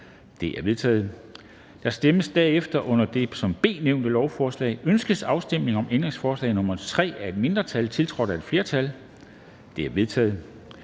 Det er vedtaget. Der stemmes derefter om det under B nævnte lovforslag: Ønskes afstemning om ændringsforslag nr. 3 af et mindretal (EL), tiltrådt af et flertal (udvalget